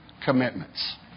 commitments